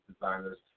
designers